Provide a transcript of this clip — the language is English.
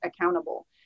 accountable